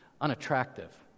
unattractive